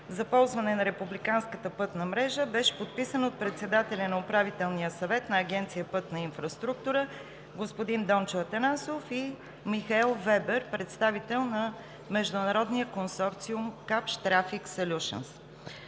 за ползване на републиканската пътна мрежа беше подписан от председателя на Управителния съвет на Агенция „Пътна инфраструктура“ господин Дончо Атанасов и Михаел Вебер, представител на Международния консорциум „Капш Трафик Солюшънс“.